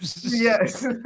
yes